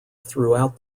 throughout